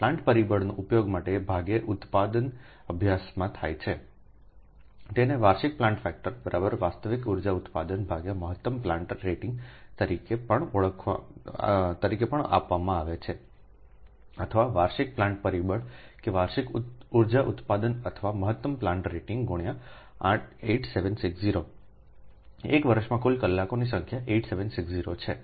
plant પરિબળનો ઉપયોગ મોટે ભાગે ઉત્પાદન અભ્યાસમાં થાય છે તેને વાર્ષિક પ્લાન્ટ ફેક્ટર વાસ્તવિક ઉર્જા ઉત્પાદન મહત્તમ પ્લાન્ટ રેટિંગ તરીકે પણ આપવામાં આવે છે અથવા વાર્ષિક પ્લાન્ટ પરિબળ કે વાર્ષિક ઉર્જા ઉત્પાદન અથવા મહત્તમ પ્લાન્ટ રેટિંગ X 8760 એક વર્ષમાં કુલ કલાકોની સંખ્યા 8760 છે